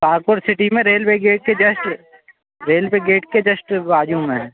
Pakur city में railway gate के just railway gate के जश्ट बाजू में है